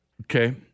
Okay